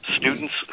Students